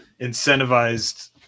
incentivized